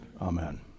Amen